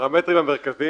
הפרמטרים המרכזיים